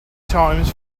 times